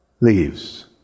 leaves